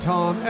Tom